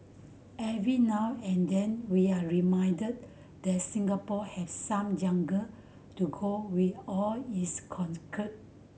every now and then we're reminded that Singapore have some jungle to go with all its concrete